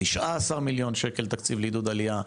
19,000,000 תקציב לעידוד עלייה,